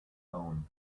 own